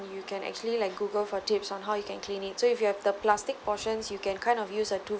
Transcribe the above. you can actually like google for tips on how you can clean it so if you have the plastic portions you can kind of use a